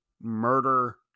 murder